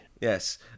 yes